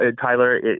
Tyler